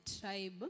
tribe